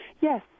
Yes